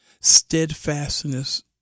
steadfastness